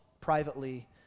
privately